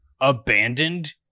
abandoned